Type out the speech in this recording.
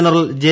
general J